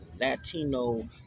Latino